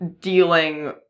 dealing